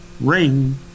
ring